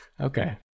Okay